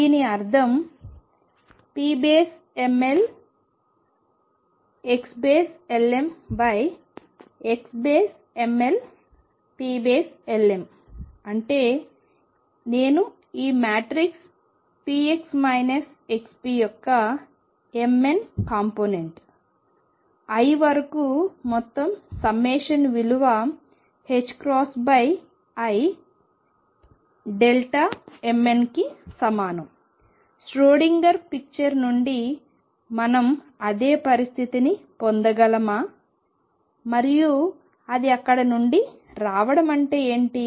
దీని అర్థం pmlxln xmlpln అంటే నేను ఈ మ్యాట్రిక్స్ px xp యొక్క mn కాంపోనెంట్ I వరకు మొత్తం సమ్మేషన్ విలువ imn కి సమానం ష్రోడింగర్ పిక్చర్ నుండి మనం అదే పరిస్థితిని పొందగలమా మరియు అది అక్కడ నుండి రావడం అంటే ఏమిటి